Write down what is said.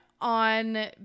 on